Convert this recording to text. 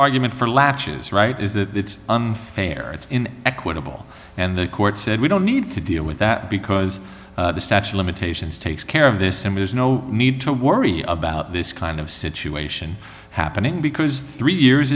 argument for latches right is that it's unfair it's in equitable and the court said we don't need to deal with that because the statute limitations takes care of this image no need to worry about this kind of situation happening because three years